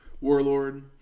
Warlord